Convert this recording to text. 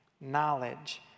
knowledge